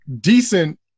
decent